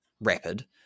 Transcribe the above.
rapid